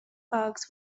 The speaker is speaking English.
parks